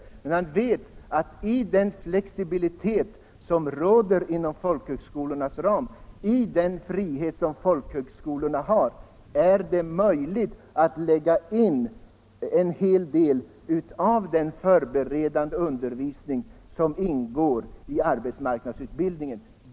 Herr Gustavsson vet att i den flexibilitet som råder inom folk högskolornas ram, i den frihet som folkhögskolorna har, är det möjligt att lägga in en hel del av den förberedande undervisning som ingår i arbetsmarknadsutbildningen.